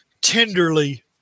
tenderly